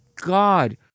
god